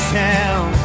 town